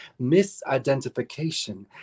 Misidentification